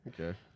Okay